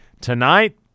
tonight